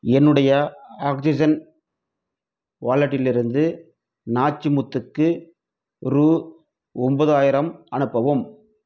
என்னுடைய ஆக்ஸிஜன் வாலட்டிலிருந்து நாச்சிமுத்துக்கு ரூ ஒன்பதாயிரம் அனுப்பவும்